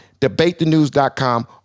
debatethenews.com